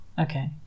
Okay